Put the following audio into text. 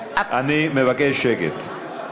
אני מבקש שקט.